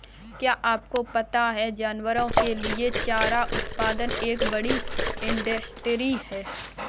क्या आपको पता है जानवरों के लिए चारा उत्पादन एक बड़ी इंडस्ट्री है?